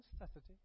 necessity